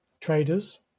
traders